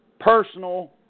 personal